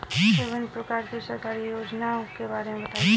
विभिन्न प्रकार की सरकारी योजनाओं के बारे में बताइए?